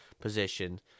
position